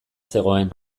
zegoen